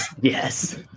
Yes